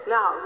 Now